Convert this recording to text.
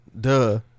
Duh